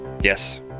Yes